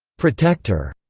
protector,